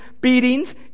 beatings